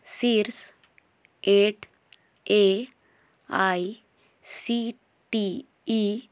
शीर्ष at A I C T E